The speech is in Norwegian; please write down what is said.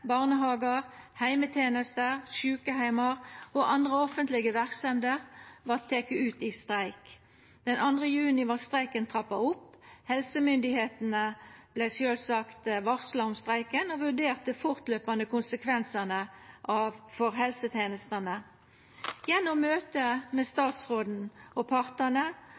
barnehagar, heimetenester, sjukeheimar og andre offentlege verksemder vart tekne ut i streik. Den 2. juni vart streiken trappa opp. Helsemyndigheitene vart sjølvsagt varsla om streiken og vurderte fortløpande konsekvensane for helsetenestene. Gjennom møte mellom statsråden og partane